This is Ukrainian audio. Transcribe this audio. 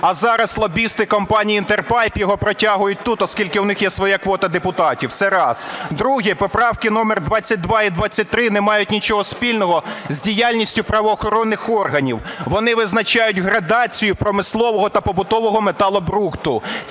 а зараз лобісти компанії "Інтерпайп" його протягують тут, оскільки в них є своя квота депутатів. Це раз. Друге. Поправки номер 22 і 23 не мають нічого спільного з діяльністю правоохоронних органів, вони визначають градацію промислового та побутового металобрухту.